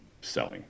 selling